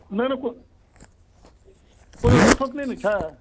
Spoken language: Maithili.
नहि नहि कोनो रोकटोक नहि ने छै